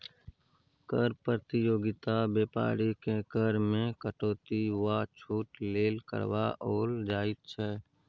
कर प्रतियोगिता बेपारीकेँ कर मे कटौती वा छूट लेल करबाओल जाइत छै